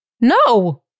No